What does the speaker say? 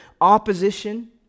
opposition